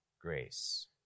grace